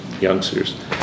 youngsters